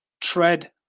tread